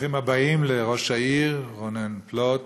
ברוכים הבאים, ראש העיר, רונן פלוט,